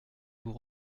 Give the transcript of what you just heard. vous